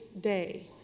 day